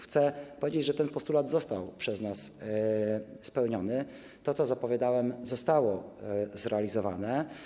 Chcę powiedzieć, że ten postulat został przez nas spełniony, to, co zapowiadałem, zostało zrealizowane.